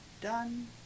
done